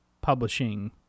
publishing